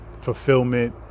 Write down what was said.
fulfillment